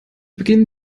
beginn